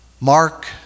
Mark